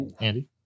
Andy